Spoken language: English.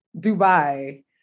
Dubai